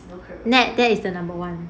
net there is the number one